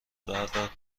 بردار